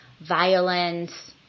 violence